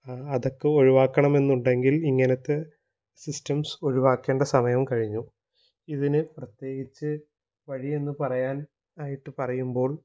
അതക്കെ ഒഴിവാക്കണമെന്നുണ്ടെങ്കില് ഇങ്ങനത്തെ സിസ്റ്റംസ് ഒഴിവാക്കണ്ട സമയവും കഴിഞ്ഞു ഇതിന് പ്രത്യേകിച്ച് വഴിയെന്ന് പറയാന് ആയിട്ട് പറയുമ്പോള്